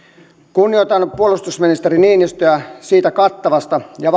kunnioitan puolustusministeri niinistöä ja sitä kattavaa ja